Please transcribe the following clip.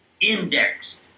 indexed